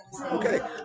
Okay